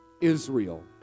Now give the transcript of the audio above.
Israel